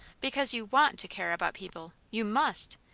because you want to care about people you must!